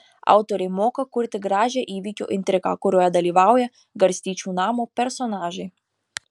autorė moka kurti gražią įvykio intrigą kurioje dalyvauja garstyčių namo personažai